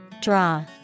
Draw